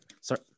Sorry